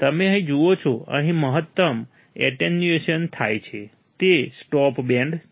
તમે અહીં જુઓ છો અહીં મહત્તમ એટેન્યુએશન થાય છે તે સ્ટોપ બેન્ડ છે